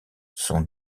sont